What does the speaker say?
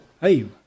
Hey